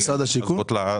הרוויזיה בוטלה.